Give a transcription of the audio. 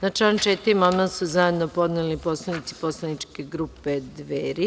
Na član 4. amandman su zajedno podneli poslanici poslaničke grupe Dveri.